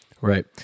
Right